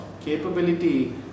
capability